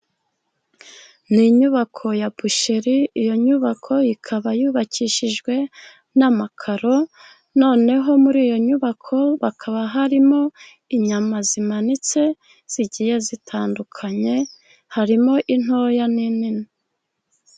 Ni inyubako ya busheri, iyo nyubako ikaba yubakishijwe n'amakaro, noneho muri iyo nyubako hakaba harimo inyama zimanitse zigiye zitandukanye, harimo intoya n'inini.